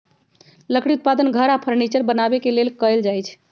लकड़ी उत्पादन घर आऽ फर्नीचर बनाबे के लेल कएल जाइ छइ